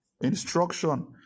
Instruction